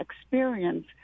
experience